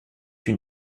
une